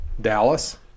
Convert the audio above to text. Dallas